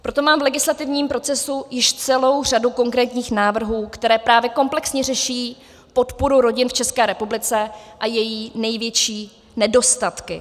Proto mám v legislativním procesu již celou řadu konkrétních návrhů, které právě komplexně řeší podporu rodin v České republice a její největší nedostatky.